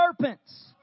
serpents